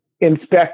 inspect